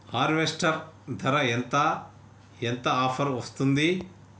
Harvester ధర ఎంత ఎంత ఆఫర్ వస్తుంది?